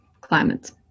climate